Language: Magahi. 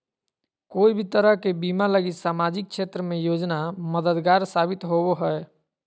कोय भी तरह के बीमा लगी सामाजिक क्षेत्र के योजना मददगार साबित होवो हय